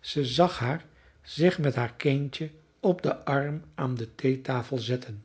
zij zag haar zich met haar kindje op den arm aan de theetafel zetten